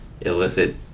illicit